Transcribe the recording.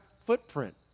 footprint